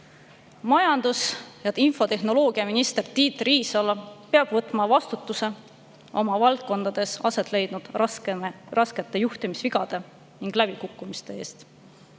Majandus- ja infotehnoloogiaminister Tiit Riisalo peab võtma vastutuse oma valdkondades aset leidnud raskete juhtimisvigade ning läbikukkumiste eest.